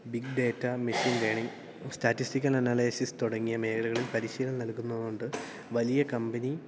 big data machine learning statistical analysis തുടങ്ങിയ മേഖലകളിൽ പരിശീലനം നൽകുന്നതുകൊണ്ട് വലിയ കമ്പനി